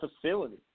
facility